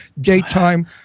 daytime